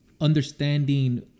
understanding